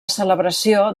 celebració